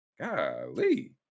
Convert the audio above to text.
Golly